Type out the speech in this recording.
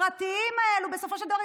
הפרטיים האלה בסופו של דבר,